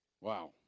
Wow